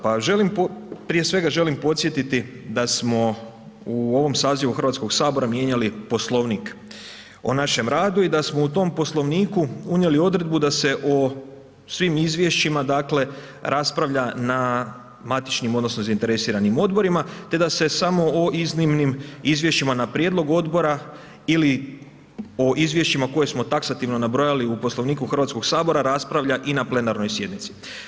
Pa želim, prije svega želim podsjetiti da smo u ovom sazivu Hrvatskog sabora mijenjali Poslovnik o našem radu i da smo u tom Poslovniku unijeli odredbu da se o svim Izvješćima dakle raspravlja na matičnim odnosno na zainteresiranim Odborima, te da se samo o iznimnim Izvješćima na prijedlog Odbora ili o Izvješćima koje smo taksativno nabrojali u Poslovniku Hrvatskog sabora, raspravlja i na plenarnoj sjednici.